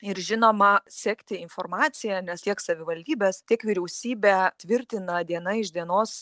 ir žinoma sekti informaciją nes tiek savivaldybės tiek vyriausybė tvirtina diena iš dienos